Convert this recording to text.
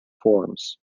forms